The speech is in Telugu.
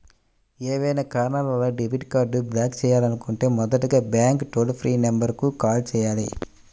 ఏవైనా కారణాల వలన డెబిట్ కార్డ్ని బ్లాక్ చేయాలనుకుంటే మొదటగా బ్యాంక్ టోల్ ఫ్రీ నెంబర్ కు కాల్ చేయాలి